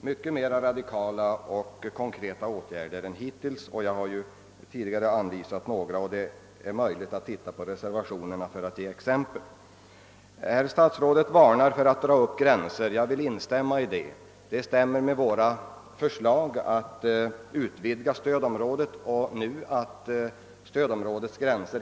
mycket mer radikala och konkreta åtgärder än hittills vidtages omedelbart. Jag har tidigare anvisat några sådana åtgärder, och det är möj ligt att i reservationerna finna flera exempel. Statsrådet varnar för att dra upp gränser, och jag vill instämma. Det stämmer med våra förslag om att utvidga stödområdet och nu helt slopa stödområdets gränser.